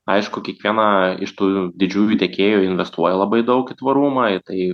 aišku kiekviena iš tų didžiųjų tiekėjų investuoja labai daug į tvarumą ir tai